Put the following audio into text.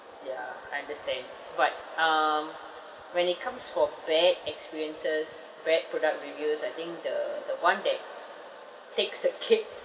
ya I understand but um when it comes for bad experiences bad product reviews I think the the one that takes the cake